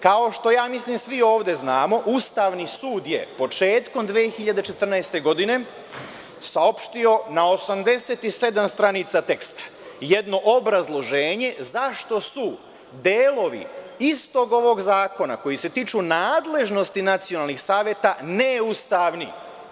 Kao što svi ja mislim ovde znamo Ustavni sud je početkom 2014. godine saopštio na 87 stranica teksta jedno obrazloženje zašto su delovi istog ovog zakona koji se tiču nadležnosti nacionalnih saveta neustavnim.